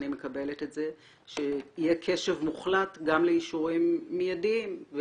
אני מקבלת את זה שיהיה קשב מוחלט גם לאישורים מיידים.